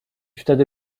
wtedy